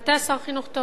אתה שר חינוך טוב,